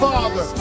Father